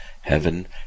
heaven